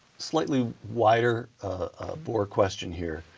slightly wider border question here,